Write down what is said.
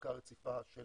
אספקה רציפה של